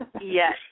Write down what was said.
Yes